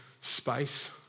space